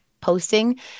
posting